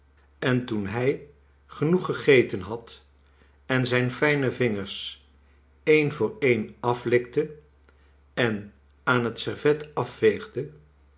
en toen hij genoeg gegeten had en zijn fijne vingers een voor een aflikte en aan het servet afveegde